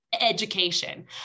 education